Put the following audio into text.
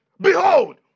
Behold